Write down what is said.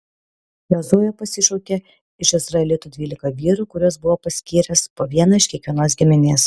jozuė pasišaukė iš izraelitų dvylika vyrų kuriuos buvo paskyręs po vieną iš kiekvienos giminės